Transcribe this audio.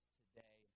today